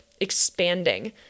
expanding